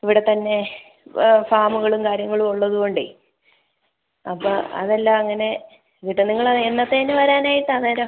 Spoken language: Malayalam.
ഇവിടെത്തന്നെ ഫാമുകളും കാര്യങ്ങളും ഉള്ളത് കൊണ്ടേ അപ്പോൾ അത് എല്ലാം അങ്ങനെ കിട്ടും നിങ്ങൾ എന്നത്തേതിന് വരാൻ ആയിട്ടാണ് അന്നേരം